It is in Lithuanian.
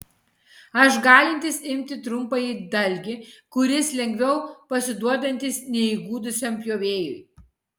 aš galintis imti trumpąjį dalgį kuris lengviau pasiduodantis neįgudusiam pjovėjui